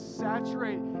saturate